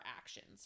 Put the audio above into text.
actions